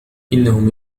إنهم